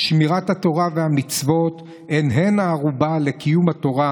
שמירת התורה ושמירת המצוות הן הן הערובה לקיום התורה,